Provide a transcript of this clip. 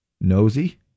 Nosy